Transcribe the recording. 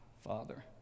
Father